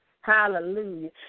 Hallelujah